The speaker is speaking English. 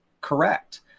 correct